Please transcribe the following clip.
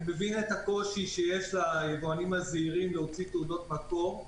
אני מבין את הקושי שיש ליבואנים הזעירים להוציא תעודות מקור,